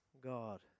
God